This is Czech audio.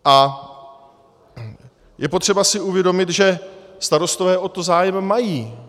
A je si potřeba uvědomit, že starostové o to zájem mají.